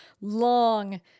long